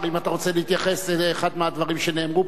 אם אתה רוצה להתייחס לאחד הדברים שנאמרו